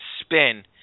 spin